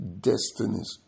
destinies